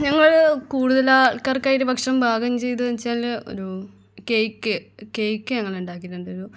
ഞങ്ങൾ കൂടുതലാൾക്കാർക്കായിട്ട് ഭക്ഷണം പാകം ചെയ്തത് എന്നു വെച്ചാൽ ഒരു കെയ്ക്ക് കെയ്ക്ക് ഞങ്ങളുണ്ടാക്കിയിട്ടുണ്ടായിരുന്നു